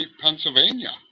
Pennsylvania